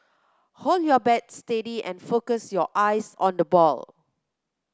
hold your bat steady and focus your eyes on the ball